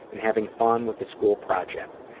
and having fun with the school project.